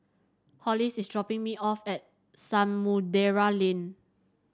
Hollis is dropping me off at Samudera Lane